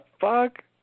fuck